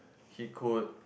he could